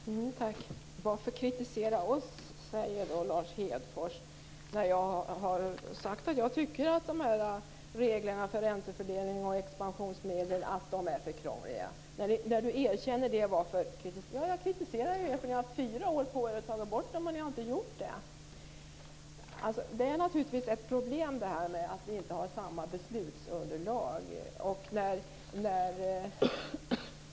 Fru talman! Varför kritisera oss, säger Lars Hedfors, när jag har sagt att jag tycker att reglerna för räntefördelning och expansionsmedel är för krångliga? Varför kritiserar jag Lars Hedfors när han erkänner detta? Jo, därför att ni har haft fyra år på er att ta bort dem och ni har inte gjort det. Det är naturligtvis ett problem att vi inte har samma beslutsunderlag.